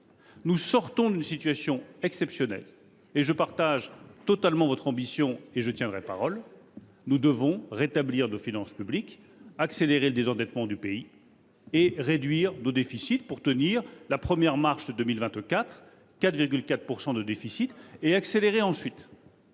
et sortons d’une situation exceptionnelle. Je partage totalement votre ambition et je tiendrai parole : nous devons rétablir nos finances publiques, accélérer le désendettement du pays et réduire nos déficits, en tenant la première marche de 2024 – 4,4 % de déficit – et en accélérant ensuite.